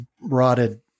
rotted